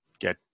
get